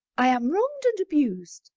i am wronged and abused,